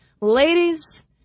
Ladies